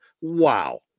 wow